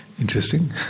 Interesting